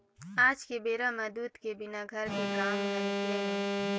आज के बेरा म दूद के बिना घर के काम ह निकलय नइ